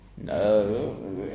No